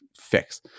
fix